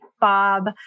Bob